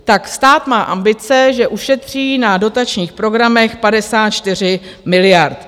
Tak stát má ambice, že ušetří na dotačních programech 54 miliard.